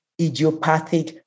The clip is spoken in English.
idiopathic